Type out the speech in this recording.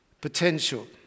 potential